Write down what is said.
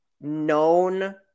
known